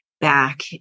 back